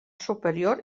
superior